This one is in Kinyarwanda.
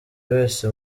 wese